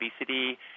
obesity